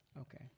Okay